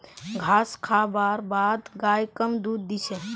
घास खा बार बाद गाय कम दूध दी छे